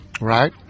right